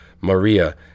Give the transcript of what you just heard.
Maria